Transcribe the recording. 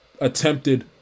attempted